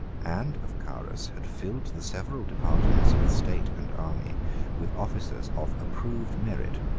and of carus, had filled the several departments of the state and army with officers of approved merit,